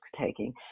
taking